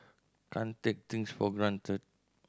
can't take things for granted